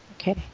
Okay